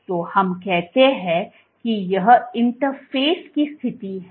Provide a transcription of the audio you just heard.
तो हम कहते हैं कि यह इंटरफ़ेस की स्थिति है